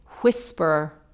whisper